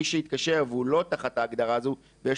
מי שהתקשר והוא לא תחת ההגדרה הזו ויש